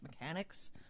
mechanics